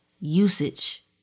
usage